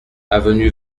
avenue